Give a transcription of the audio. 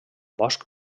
bosc